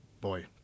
boy